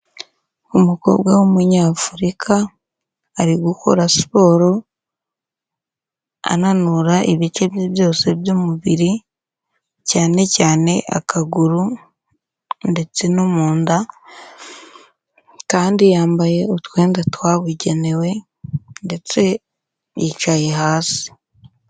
Umukobwa w'umunyafurika ari gukora siporo, ananura ibice bye byose by'umubiri cyane cyane akaguru ndetse no mu nda, kandi yambaye utwenda twe twabugenewe ndetse yicaye hasi.